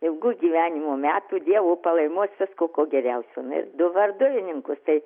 ilgų gyvenimo metų dievo palaimos visko ko geriausio na ir du varduvininkus tai